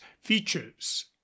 features